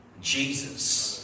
Jesus